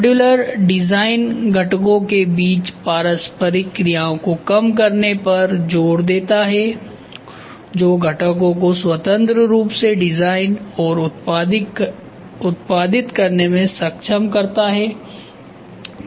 modular design घटकों के बीच पारस्परिक क्रियाओं को कम करने पर जोर देता है जो घटकों को स्वतंत्र रूप से डिजाइन और उत्पादित करने में सक्षम करता है